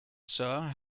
sir